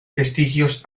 vestigios